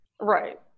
right